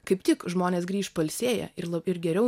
kaip tik žmonės grįš pailsėję ir ir geriau